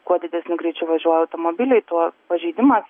kuo didesniu greičiu važiuoja automobiliai tuo pažeidimas